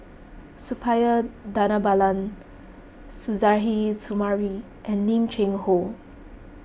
Suppiah Dhanabalan Suzairhe Sumari and Lim Cheng Hoe